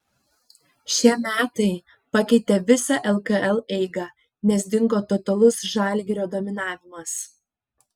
šie metai pakeitė visą lkl eigą nes dingo totalus žalgirio dominavimas